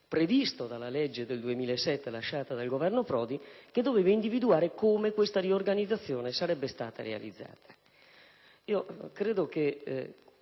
previsto dalla legge del 2007 lasciata dal Governo Prodi, che doveva individuare le modalità in cui questa riorganizzazione sarebbe stata realizzata. Credo che